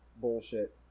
bullshit